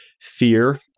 fear